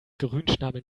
grünschnabel